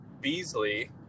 Beasley